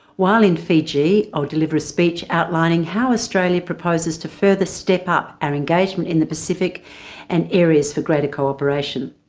while in fiji i'll deliver a speech outlining how australia proposes to further step up our engagement in the pacific and areas for greater co-operation.